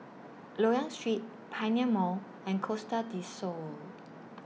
Loyang Street Pioneer Mall and Costa Del Sol